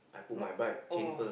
look all